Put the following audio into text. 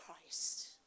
Christ